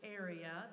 area